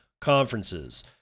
conferences